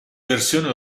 versione